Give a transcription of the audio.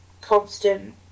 constant